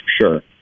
sure